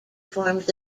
forms